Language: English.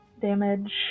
damage